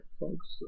folks